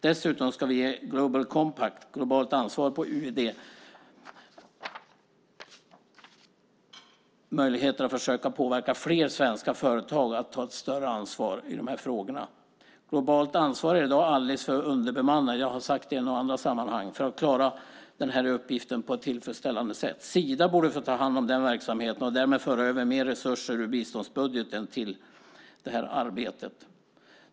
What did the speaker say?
Dessutom ska vi genom Global Compact - Globalt ansvar - på UD försöka påverka fler svenska företag att ta ett större ansvar i dessa frågor. Som jag har sagt i något annat sammanhang är Globalt ansvar i dag alldeles för underbemannat för att klara denna uppgift på ett tillfredsställande sätt. Sida borde få ta hand om verksamheten och därmed föra över mer resurser ur biståndsbudgeten till det arbetet.